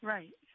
Right